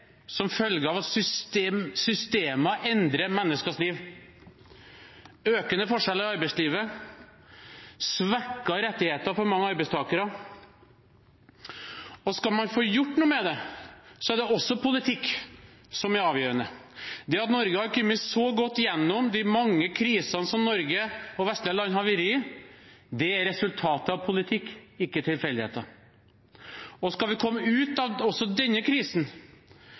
som skjer som følge av at systemer endrer menneskers liv: økende forskjeller i arbeidslivet og svekkede rettigheter for mange arbeidstakere. Skal man få gjort noe med det, er det også politikk som er avgjørende. At Norge har kommet så godt igjennom de mange krisene som Norge og vestlige land har vært i, er resultatet av politikk, ikke tilfeldigheter. Skal vi komme oss ut av også denne krisen